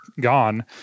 gone